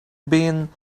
been